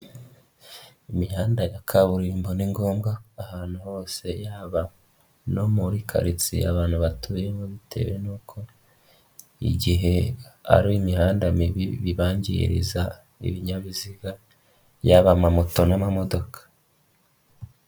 Imihanda ya kaburimbo, ni ngombwa ahantu hose ihaba no muri karitsiye abantu batuyemo, bitewe n'uko igihe hari imihanda mibi, bibangiriza ibinyabiziga yaba amamoto n'amamodoka.